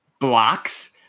Blocks